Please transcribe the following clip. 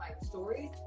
stories